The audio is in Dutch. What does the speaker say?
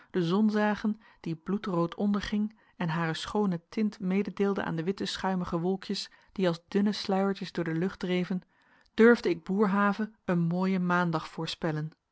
de zon zagen die bloedrood onderging en hare schoone tint mededeelde aan de witte schuimige wolkjes die als dunne sluiertjes door de lucht dreven durfde ik boerhave een mooien maandag voorspellen